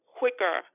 quicker